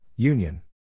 Union